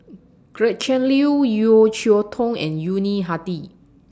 Gretchen Liu Yeo Cheow Tong and Yuni Hadi